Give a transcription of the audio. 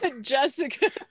jessica